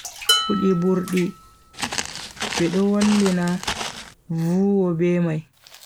Kudi burdi. Bedo wallina vuwa be mai.